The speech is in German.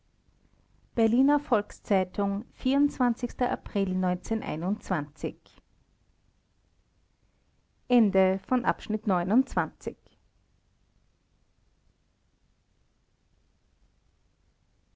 berliner volks-zeitung april